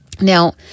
Now